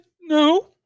no